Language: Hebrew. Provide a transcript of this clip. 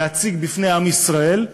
להציג בפני עם ישראל,